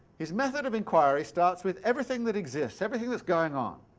his method of inquiry starts with everything that exists everything that's going on.